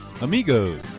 Amigos